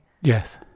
Yes